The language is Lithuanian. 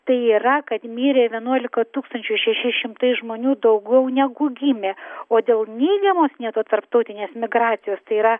tai yra kad mirė vienuolika tūkstančių šeši šimtai žmonių daugau negu gimė o dėl neigiamos nėto tarptautinės migracijos tai yra